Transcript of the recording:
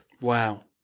Wow